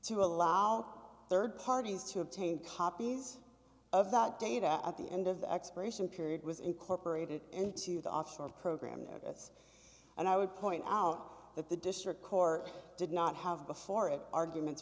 to allow rd parties to obtain copies of that data at the end of the expiration period was incorporated into the offshore program notice and i would point out that the district court did not have before it arguments